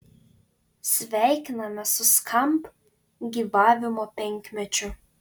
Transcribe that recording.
sveikiname su skamp gyvavimo penkmečiu